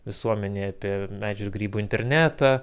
visuomenėje apie medžių ir grybų internetą